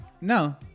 No